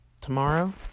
tomorrow